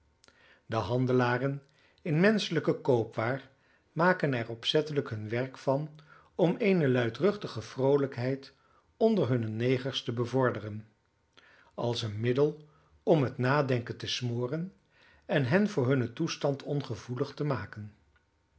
de handelaren in menschelijke koopwaar maken er opzettelijk hun werk van om eene luidruchtige vroolijkheid onder hunne negers te bevorderen als een middel om het nadenken te smoren en hen voor hunnen toestand ongevoelig te maken